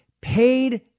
paid